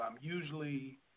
usually